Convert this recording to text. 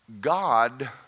God